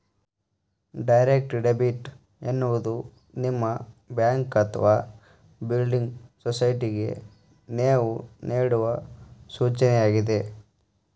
direct debit ಎನ್ನುವುದು ನಿಮ್ಮ bank ಅಥವಾ ಬಿಲ್ಡಿಂಗ್ ಸೊಸೈಟಿಗೆ ನೇವು ನೇಡುವ ಸೂಚನೆಯಾಗಿದೆ